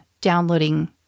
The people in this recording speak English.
downloading